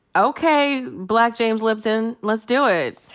okay, black james lipton. let's do it.